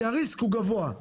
כי ה-risk הוא גבוה.